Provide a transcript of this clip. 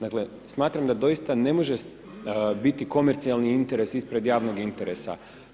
Dakle, smatram da doista ne može biti komercionalni interes ispred javnog interesa.